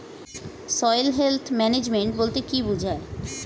Soil health management বলতে কি বুঝায়?